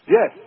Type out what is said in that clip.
Yes